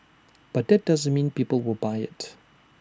but that doesn't mean people will buy IT